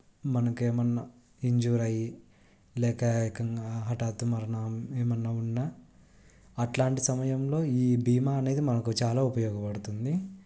మనకు ఏమైనా ఇంజ్యూర్ అయి లేక ఏకంగా హఠాత్ మరణం ఏమైనా ఉన్నా అట్లాంటి సమయంలో ఈ భీమా అనేది మనకు చాలా ఉపయోగపడుతుంది